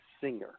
singer